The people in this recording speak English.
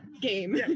game